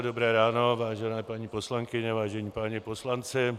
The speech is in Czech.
Dobré ráno, vážené paní poslankyně, vážení páni poslanci.